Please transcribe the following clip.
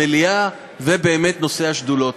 המליאה, ובאמת השדולות.